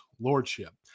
lordship